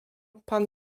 pan